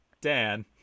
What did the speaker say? Dan